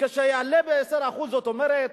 כשזה יעלה ב-10%, זאת אומרת,